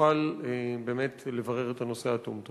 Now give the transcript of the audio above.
ונוכל באמת לברר את הנושא עד תומו.